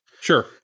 Sure